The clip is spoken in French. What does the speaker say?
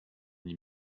n’y